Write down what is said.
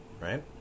right